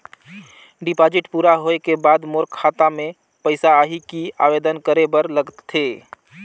Deposit पूरा होय के बाद मोर खाता मे पइसा आही कि आवेदन करे बर लगथे?